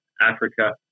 Africa